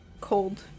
cold